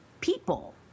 people